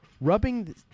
rubbing